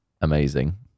amazing